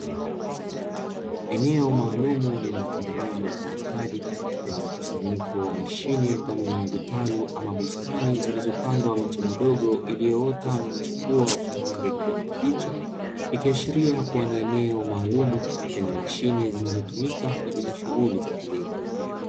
Eneo maalumu lilo pandwa katika ustadi lenye mkusanyiko wa mashine pamoja na vitaru au bustani, zilizo pandwa na miche midogo ilio ota na kuchipua kwa rangi ya kijani kibichi ikiashilia kuwa ni eneo maalumu lenye mashine zinazotumika kwa ajiri ya shughuli za kilimo.